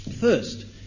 First